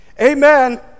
Amen